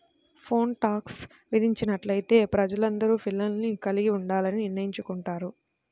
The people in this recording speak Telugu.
పోల్ టాక్స్ విధించినట్లయితే ప్రజలందరూ పిల్లల్ని కలిగి ఉండాలని నిర్ణయించుకుంటారు